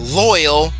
loyal